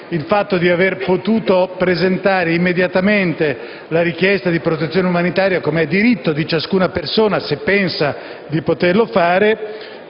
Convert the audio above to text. il fatto di aver potuto presentare immediatamente la richiesta di protezione umanitaria, come è diritto di ciascuna persona se pensa di poterlo fare,